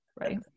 Right